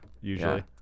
Usually